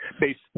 based